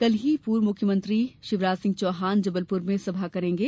कल ही पूर्व मुख्यमंत्री शिवराजसिंह चौहान जबलपुर में सभा करेंगे